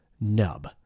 nub